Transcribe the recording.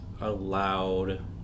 allowed